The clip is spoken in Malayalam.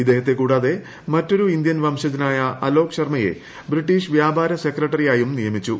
ഇദ്ദേഹത്തെ കൂടാതെ മറ്റൊരു ഇന്ത്യൻ വംശജനായ അലോക് ശർമ്മയെ ബ്രിട്ടീഷ് വ്യാപാര സെക്രട്ടറിയായും നിയമിച്ചു